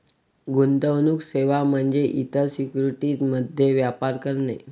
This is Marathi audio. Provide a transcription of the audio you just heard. गुंतवणूक सेवा म्हणजे इतर सिक्युरिटीज मध्ये व्यापार करणे